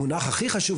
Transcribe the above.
המונח הכי חשוב,